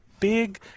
big